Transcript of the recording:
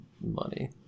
money